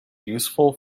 useful